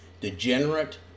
degenerate